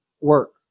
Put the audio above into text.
work